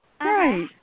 Right